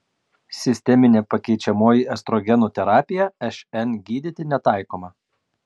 sisteminė pakeičiamoji estrogenų terapija šn gydyti netaikoma